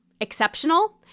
exceptional